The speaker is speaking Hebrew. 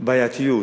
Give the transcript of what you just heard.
לבעייתיות.